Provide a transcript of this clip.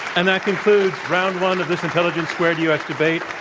and that concludes round one of this intelligence squared u. s. debate,